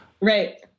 Right